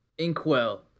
inkwell